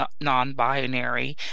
non-binary